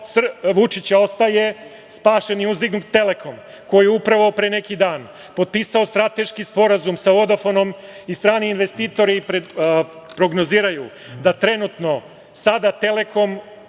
Vučića ostaje spašen i uzdignut „Telekom“, koji je pre neki dan potpisao strateški Sporazum sa „Vodafonom“ i strani investitori prognoziraju da trenutno sada „Telekom“,